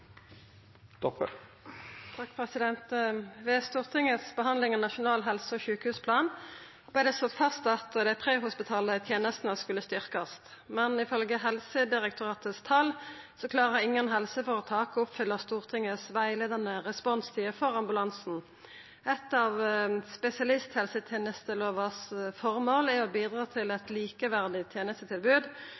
Stortingets behandling av Nasjonal helse- og sykehusplan ble det slått fast at de prehospitale tjenestene skulle styrkes. Men ifølge Helsedirektoratets tall klarer ingen helseforetak å oppfylle Stortingets veiledende responstider for ambulanse. Et av spesialisthelsetjenestelovens formål er å bidra til et likeverdig tjenestetilbud.